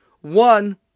one